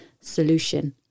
solution